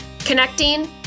Connecting